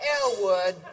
Elwood